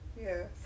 Yes